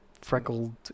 freckled